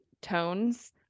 tones